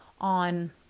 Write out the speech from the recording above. on